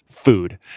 food